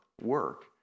work